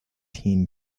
teen